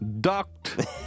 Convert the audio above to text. ducked